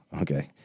okay